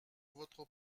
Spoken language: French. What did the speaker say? votre